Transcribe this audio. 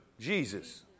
Jesus